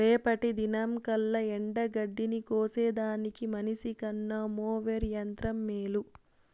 రేపటి దినంకల్లా ఎండగడ్డిని కోసేదానికి మనిసికన్న మోవెర్ యంత్రం మేలు